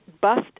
bust